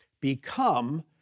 become